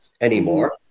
anymore